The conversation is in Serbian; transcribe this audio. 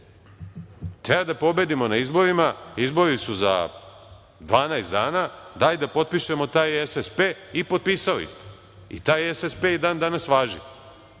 Treba da pobedimo na izborima, izbori su za 12 dana, daj da potpišemo taj SSP i potpisali ste. I taj SSP i dan danas važi. Sad